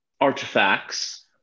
artifacts